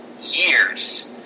years